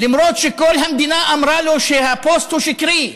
למרות שכל המדינה אמרה לו שהפוסט הוא שקרי,